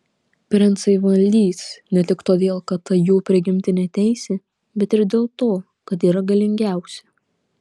princai valdys ne tik todėl kad tai jų prigimtinė teisė bet ir dėl to kad yra galingiausi